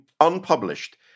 unpublished